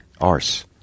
Arse